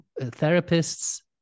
Therapists